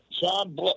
John